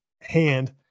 hand